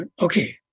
okay